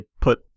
put